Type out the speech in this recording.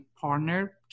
partner